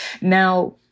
Now